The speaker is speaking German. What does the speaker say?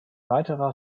weiterer